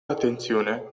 attenzione